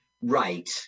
Right